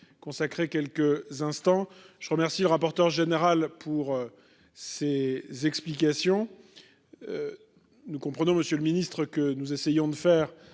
consacrer quelques instants. Je remercie le rapporteur général de ses explications. Monsieur le ministre, nous essayons ici de faire